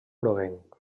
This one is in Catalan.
groguenc